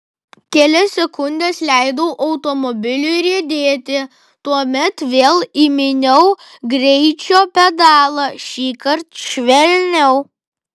kelias sekundes leidau automobiliui riedėti tuomet vėl įminiau greičio pedalą šįkart švelniau